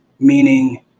meaning